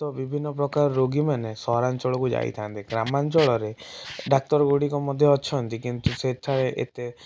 ତ ବିଭିନ୍ନ ପ୍ରକାର ରୋଗୀମାନେ ସହରାଞ୍ଚଳ କୁ ଯାଇଥାଆନ୍ତି ଗ୍ରାମାଞ୍ଚଳରେ ଡାକ୍ତର ଗୁଡ଼ିକ ମଧ୍ୟ ଅଛନ୍ତି କିନ୍ତୁ ସେଠାରେ ଏତେ